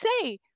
say